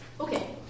Okay